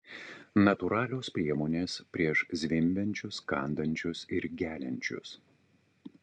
natūralios priemonės prieš zvimbiančius kandančius ir geliančius